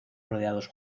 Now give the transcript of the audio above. rodeados